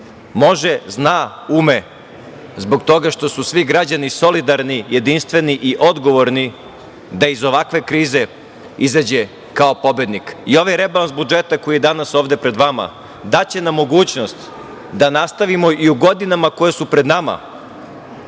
može, zna, ume, zbog toga što su svi građani solidarni, jedinstveni i odgovorni da iz ovakve krize izađe kao pobednik.I ovaj rebalans koji je ovde danas pred vama daće nam mogućnost da nastavimo i u godinama koje su pred nama